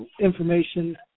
information